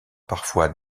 parfois